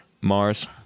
Mars